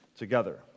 Together